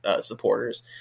supporters